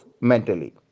mentally